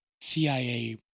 CIA